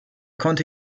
konnte